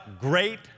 great